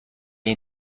این